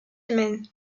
humaine